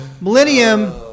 Millennium